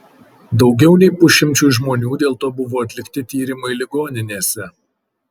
daugiau nei pusšimčiui žmonių dėl to buvo atlikti tyrimai ligoninėse